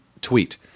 tweet